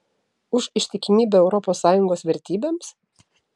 už ištikimybę europos sąjungos vertybėms